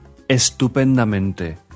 estupendamente